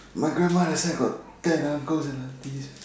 my grandma that side got ten uncles and aunties